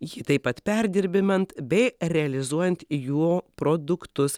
jį taip pat perdirbant bei realizuojant jo produktus